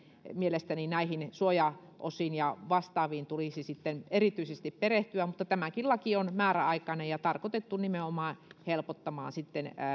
mielestäni näihin suojaosiin ja vastaaviin tulisi sitten erityisesti perehtyä mutta tämäkin laki on määräaikainen ja tarkoitettu nimenomaan helpottamaan